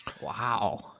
Wow